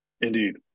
Indeed